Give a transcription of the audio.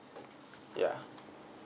yeah